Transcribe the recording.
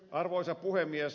arvoisa puhemies